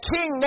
King